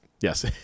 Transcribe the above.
yes